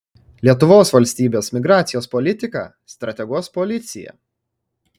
lietuvos valstybės migracijos politiką strateguos policija